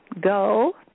go